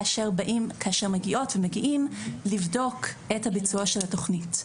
כאשר מגיעות ומגיעים לבדוק את הביצוע של התכנית.